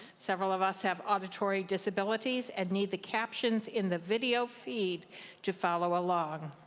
several of us have auditory disabilities and need the captions in the video feed to follow along.